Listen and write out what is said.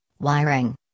wiring